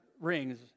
rings